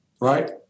right